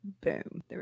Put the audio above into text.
Boom